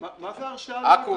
מה זה הרשאה מאקו"ם?